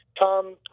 Tom